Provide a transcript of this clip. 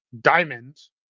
diamonds